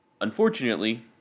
Unfortunately